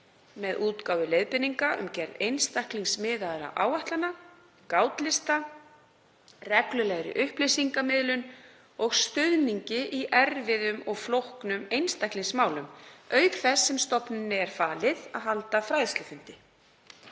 með útgáfu leiðbeininga, gerð einstaklingsmiðaðra áætlana, gátlista, reglulegri upplýsingamiðlun og stuðningi í erfiðum og flóknum einstaklingsmálum, auk þess sem stofnuninni er falið að halda fræðslufundi.